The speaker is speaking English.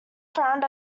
frowned